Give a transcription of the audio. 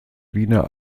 wiener